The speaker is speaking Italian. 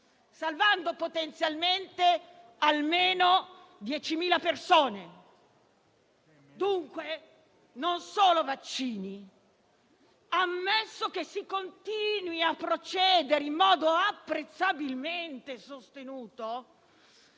salvando potenzialmente almeno 10.000 persone: dunque, non solo vaccini. Ammesso che si continui a procedere in modo apprezzabilmente sostenuto,